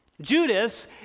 Judas